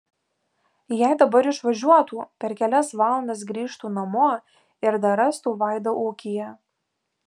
jei dabar išvažiuotų per kelias valandas grįžtų namo ir dar rastų vaidą ūkyje